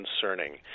concerning